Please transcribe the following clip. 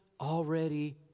already